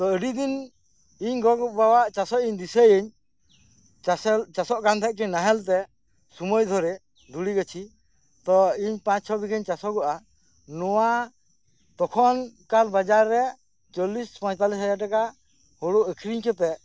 ᱛᱚ ᱟᱹᱰᱤ ᱫᱤᱱ ᱤᱧ ᱜᱚᱜᱚᱼᱵᱟᱵᱟᱣᱟᱜ ᱪᱟᱥᱚᱜ ᱤᱧ ᱫᱤᱥᱟᱹᱭᱟᱹᱧ ᱪᱟᱥᱚᱜ ᱠᱟᱱ ᱛᱟᱦᱮᱸᱱᱟᱠᱤᱱ ᱱᱟᱦᱮᱞ ᱛᱮ ᱥᱚᱢᱚᱭ ᱫᱷᱚᱨᱮ ᱫᱷᱩᱲᱤ ᱜᱟᱹᱪᱷᱤ ᱛᱚ ᱤᱧ ᱯᱟᱸᱪ ᱪᱷᱚ ᱵᱤᱜᱷᱟᱹᱧ ᱪᱟᱥᱚᱜᱚᱜᱼᱟ ᱱᱚᱣᱟ ᱛᱚᱠᱷᱚᱱᱠᱟᱞ ᱵᱟᱡᱟᱨ ᱨᱮ ᱪᱚᱞᱞᱤᱥ ᱯᱚᱸᱭᱛᱟᱞᱞᱤᱥ ᱦᱟᱡᱟᱨ ᱴᱟᱠᱟ ᱦᱩᱲᱩ ᱟᱠᱷᱨᱤᱧ ᱠᱟᱛᱮ